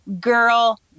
girl